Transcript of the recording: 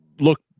look